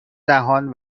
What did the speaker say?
دهان